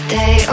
day